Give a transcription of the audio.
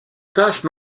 tâche